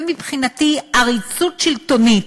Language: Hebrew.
ומבחינתי עריצות שלטונית,